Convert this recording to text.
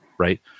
right